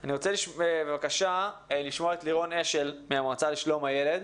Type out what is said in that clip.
אני רוצה לשמוע את לירון אשל מהמועצה לשלום הילד,